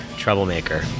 Troublemaker